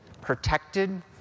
protected